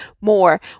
more